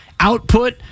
Output